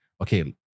Okay